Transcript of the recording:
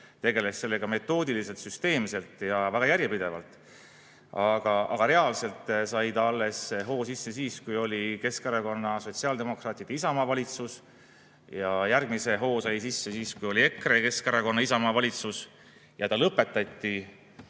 tegeles sellega metoodiliselt, süsteemselt ja väga järjepidevalt. Aga reaalselt sai ta hoo sisse alles siis, kui oli Keskerakonna, sotsiaaldemokraatide ja Isamaa valitsus. Järgmise hoo sai ta sisse siis, kui oli EKRE, Keskerakonna ja Isamaa valitsus. Ja lõpetati